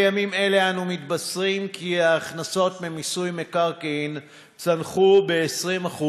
בימים אלה אנו מתבשרים כי ההכנסות ממיסוי מקרקעין צנחו ב-20%,